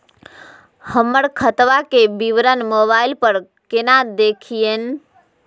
हमर खतवा के विवरण मोबाईल पर केना देखिन?